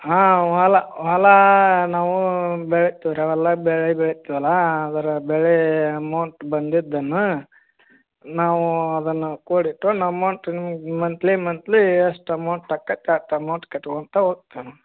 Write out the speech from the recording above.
ಹಾಂ ಹೊಲ ಹೊಲ ನಾವು ಬೆಳಿತೀವಿ ರೀ ಹೊಲ ಬೆಳೆ ಬೆಳೇತ್ತೀವ್ಲ ಅದರ ಬೆಳೆ ಅಮೌಂಟ್ ಬಂದಿದ್ದನ್ನು ನಾವು ಅದನ್ನು ಕೂಡಿಟ್ಟು ನಮ್ಮ ಮಂತ್ಲಿ ಮಂತ್ಲಿ ಎಷ್ಟು ಅಮೌಂಟ್ ಆಕೈತೆ ಅಷ್ಟು ಅಮೌಂಟ್ ಕಟ್ಕೊಂತ ಹೋಗ್ತೇವ್ ನಾವು